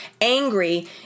angry